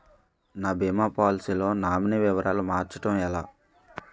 నా భీమా పోలసీ లో నామినీ వివరాలు మార్చటం ఎలా?